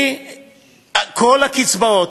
כל הקצבאות,